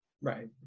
Right